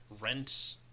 rent